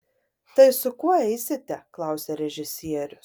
tai su kuo eisite klausia režisierius